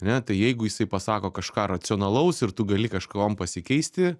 ane tai jeigu jisai pasako kažką racionalaus ir tu gali kažkuom pasikeisti